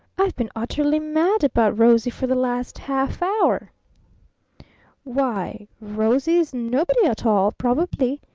i've been utterly mad about rosie for the last half-hour! why, rosie is nobody at all probably,